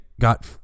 got